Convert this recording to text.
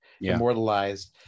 immortalized